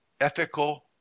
ethical